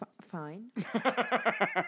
fine